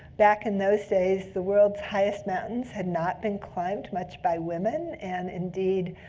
back in those days, the world's highest mountains had not been climbed much by women. and indeed,